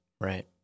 Right